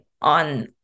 on